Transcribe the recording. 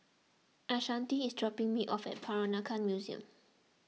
Ashanti is dropping me off at Peranakan Museum